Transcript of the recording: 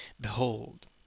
Behold